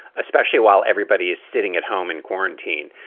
especially while everybody is sitting at home in quarantine,